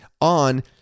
on